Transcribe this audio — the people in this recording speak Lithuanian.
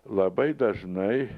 labai dažnai